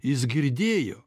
jis girdėjo